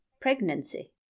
Pregnancy